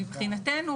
מבחינתנו,